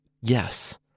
Yes